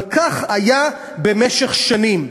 אבל כך היה במשך שנים.